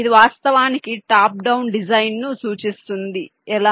ఇది వాస్తవానికి top down డిజైన్ను సూచిస్తుంది ఎలా